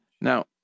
Now